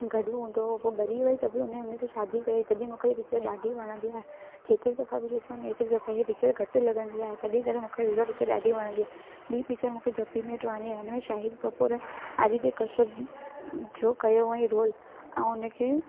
गॾ बि हूंदो हुओ पोइ बरी वई त बि हुन हुन सां शादी कई तॾी मूंखे ई पिचर ॾाढी वणंदी आहे जेतिरी दफ़ा बि ॾिसो न ओतिरी दफ़ा इहे पिचर घटि लॻंदी आहे तॾी करे मूंखे विवाह पिचर ॾाढी वणंदी आहे ॿीं पिचर मूंखे जब वी मेट वणंदी आहे उन में शाहिद कपूर आदित्य कक्ष्यप जो कयो हूअईं रोल ऐं हुन खे